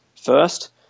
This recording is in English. first